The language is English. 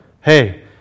hey